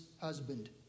husband